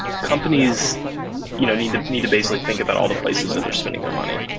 companies you know need need to basically think about all the places that they're spending their money.